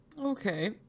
Okay